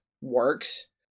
works